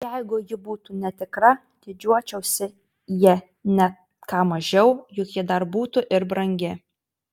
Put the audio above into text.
jeigu ji būtų netikra didžiuočiausi ja ne ką mažiau juk ji dar būtų ir brangi